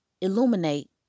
illuminate